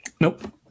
Nope